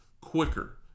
quicker